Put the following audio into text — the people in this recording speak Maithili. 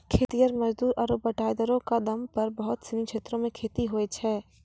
खेतिहर मजदूर आरु बटाईदारो क दम पर बहुत सिनी क्षेत्रो मे खेती होय छै